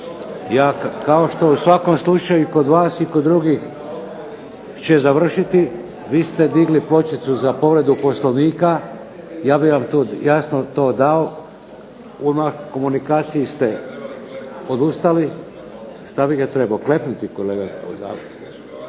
Kao što u svakom slučaju kod vas i kod svih drugih će završiti, vi ste digli pločicu za povredu Poslovnika, ja bih vam jasno to dao, u komunikaciji ste odustali, što bih ga trebao klepnuti kolega.